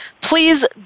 please